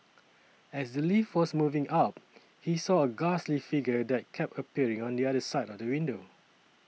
as the lift was moving up he saw a ghastly figure that kept appearing on the other side of the window